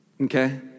okay